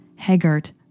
Hegart